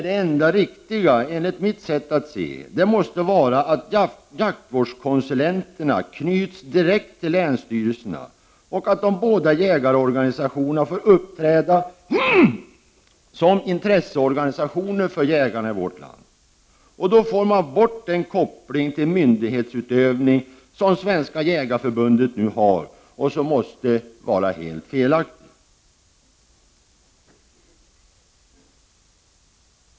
Det enda riktiga, enligt mitt sätt att se, måste därför vara att jaktvårdskonsulenterna knyts direkt till länsstyrelserna och att de båda jägarorganisationerna får uppträda som intresseorganisationer för jägarna i vårt land. Då får man bort den koppling till myndighetsutövning som Svenska jägareförbundet nu har och som måste vara helt felaktig.